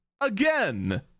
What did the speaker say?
again